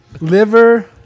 Liver